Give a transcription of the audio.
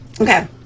Okay